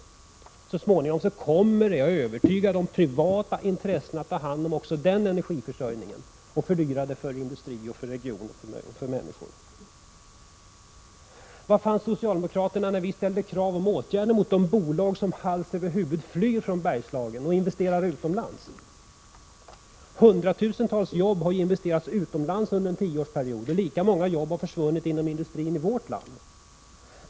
Jag är övertygad om att privata intressen så småningom kommer att ta hand om också den energiförsörjningen och fördyra för industri, för regioner och för människor. Var fanns socialdemokraterna när vpk ställde krav på åtgärder mot de bolag som hals över huvud flyr från Bergslagen och investerar utomlands? Dessa bolag har investerat i hundratusentals jobb utomlands under en tioårsperiod, och lika många jobb har försvunnit inom industrin i vårt land.